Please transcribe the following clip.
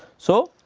so,